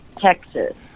Texas